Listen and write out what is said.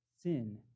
sin